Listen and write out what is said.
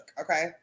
okay